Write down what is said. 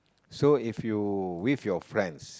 so if you with your friends